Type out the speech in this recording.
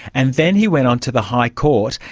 and then he went on to the high court.